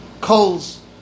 coals